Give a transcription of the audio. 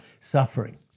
suffering